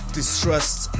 Distrust